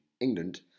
England